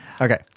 Okay